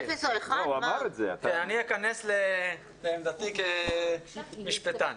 אני אכנס עמדתי כמשפטן.